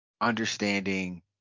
understanding